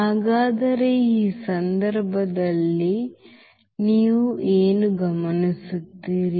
ಹಾಗಾದರೆ ಈ ಸಂದರ್ಭದಲ್ಲಿ ನೀವು ಏನು ಗಮನಿಸುತ್ತೀರಿ